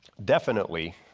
definitely